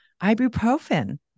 Ibuprofen